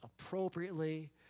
appropriately